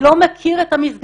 אני לא מכיר את המסגרות,